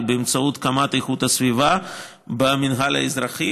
באמצעות קמ"ט איכות הסביבה במינהל האזרחי,